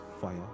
fire